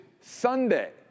Sunday